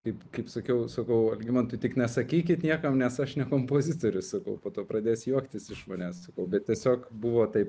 taip kaip sakiau sakau algimantai tik nesakykit niekam nes aš ne kompozitorius sakau po to pradės juoktis iš manęs sakau bet tiesiog buvo taip